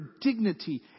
dignity